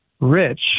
rich